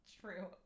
True